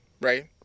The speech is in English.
right